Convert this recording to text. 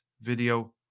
video